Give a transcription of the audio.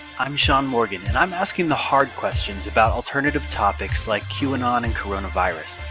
i'm sean morgan and i'm asking the hard questions about alternative topics like q anon and coronavirus.